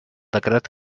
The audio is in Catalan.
decret